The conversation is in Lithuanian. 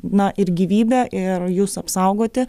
na ir gyvybę ir jus apsaugoti